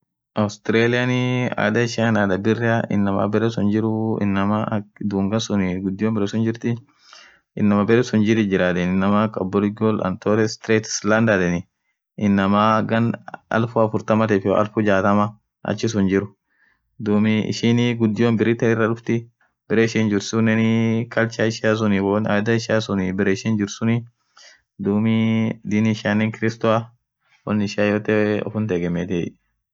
Australianii adhaa ishian adhaa birria inaman berre suun jiruuu inamaa akaa dhunga suun ghudio berre suun jirthi inamaa berre suun jirthi jira yedheni inamaa akaa aborigo and tore strength slander yedheni inamaa ghan alfu afurtam tiff iyo elfu jaathama achisun jiru dhub ishin ghudio berithaa raa dhuftii berre ishin jirsun culture ishia suun won adhaa ishia suun ishin jirthi suun dub dini ishianen kristoa won ishia yote ufum tegemethi